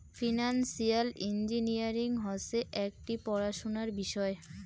financial engineering হসে একটি পড়াশোনার বিষয়